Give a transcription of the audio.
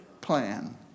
plan